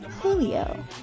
julio